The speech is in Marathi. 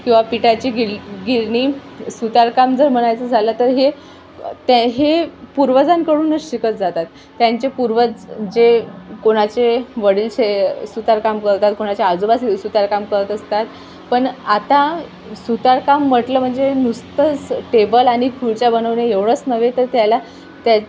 किंवा पिठाची गिल गिरणी सुतारकाम जर म्हणायचं झालं तर हे ते हे पूर्वजांकडूनच शिकत जातात त्यांचे पूर्वज जे कोणाचे वडीलचे सुतारकाम करतात कोणाच्या आजोबा सुतारकाम करत असतात पण आता सुतारकाम म्हटलं म्हणजे नुसतंच टेबल आणि खुर्च्या बनवणे एवढंच नव्हे तर त्याला त्या